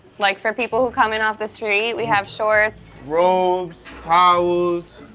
like, for people who come in off the street, we have shorts. robes, towels,